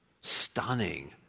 stunning